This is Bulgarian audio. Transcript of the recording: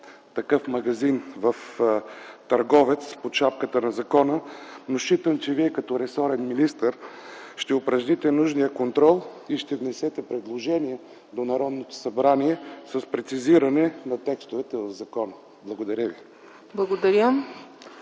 такъв магазин в търговец под шапката на закона. Считам, че Вие като ресорен министър ще упражните нужния контрол и ще внесете предложение до Народното събрание с прецизиране на текстовете в закона. Благодаря ви.